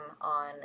on